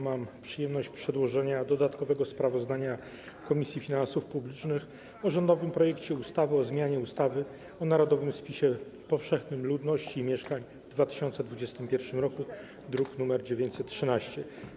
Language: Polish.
Mam przyjemność przedłożyć dodatkowe sprawozdanie Komisji Finansów Publicznych o rządowym projekcie ustawy o zmianie ustawy o narodowym spisie powszechnym ludności i mieszkań w 2021 r., druk nr 913.